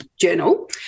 Journal